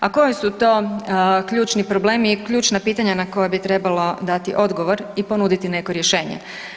A koji su to ključni problemi i ključna pitanja na koja bi trebalo dati odgovor i ponuditi neko rješenje.